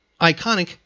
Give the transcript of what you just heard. iconic